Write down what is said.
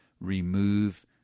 remove